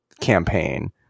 campaign